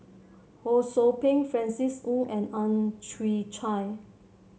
Ho Sou Ping Francis Ng and Ang Chwee Chai